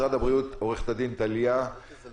עורכת-הדין טליה אגמון ממשרד הבריאות.